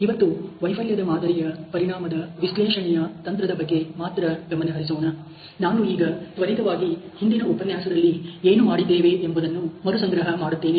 ಇವತ್ತು ವೈಫಲ್ಯದ ಮಾದರಿಯ ಪರಿಣಾಮದ ವಿಶ್ಲೇಷಣೆಯ ತಂತ್ರದ ಬಗ್ಗೆ ಮಾತ್ರ ಗಮನಹರಿಸೋಣ ನಾನು ಈಗ ತ್ವರಿತವಾಗಿ ಹಿಂದಿನ ಉಪನ್ಯಾಸದಲ್ಲಿ ಏನು ಮಾಡಿದ್ದೇವೆ ಎಂಬುದನ್ನು ಮರುಸಂಗ್ರಹ ಮಾಡುತ್ತೇನೆ